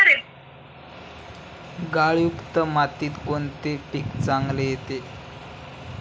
गाळयुक्त मातीत कोणते पीक चांगले येते?